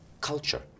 culture